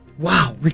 Wow